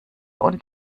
und